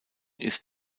ist